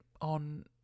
on